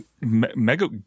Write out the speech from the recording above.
mega